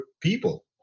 people